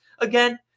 again